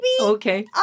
Okay